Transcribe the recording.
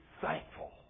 thankful